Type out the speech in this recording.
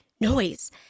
noise